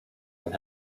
and